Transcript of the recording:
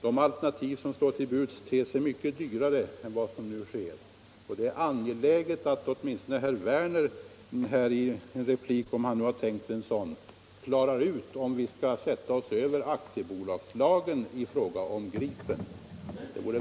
De alternativ som står till buds ter sig mycket dyrare än vad som nu görs. Det är angeläget att åtminstone herr Werner här i en replik — om han nu har tänkt sig en sådan — klarar ut om vi skall sätta oss över aktiebolagslagen i fråga om ”Gripen”.